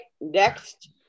next